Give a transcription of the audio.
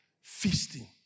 Feasting